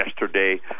yesterday